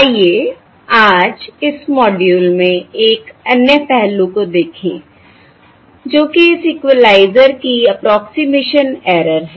आइए आज इस मॉड्यूल में एक अन्य पहलू को देखें जो कि इस इक्वलाइज़र की 'अप्रोक्सिमेशन ऐरर' 'approximation error' है